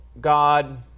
God